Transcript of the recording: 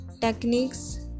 techniques